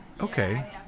okay